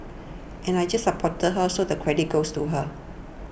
and I just supported her so the credit goes to her